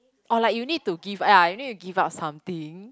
or like you need to give ya you need to give out something